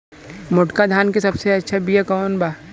मोटका धान के सबसे अच्छा बिया कवन बा?